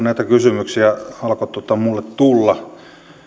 näitä kysymyksiä alkoi minulle tulla